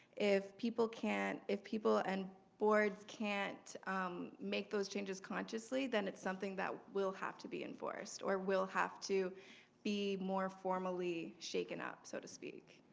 if people can't, if people and boards can't make those changes consciously, then it's something that will have to be enforced or will have to be more formally shaken up, so to speak.